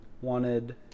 wanted